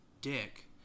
Dick